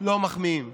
לא מחמיאים,